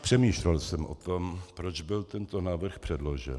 Přemýšlel jsem o tom, proč byl tento návrh předložen.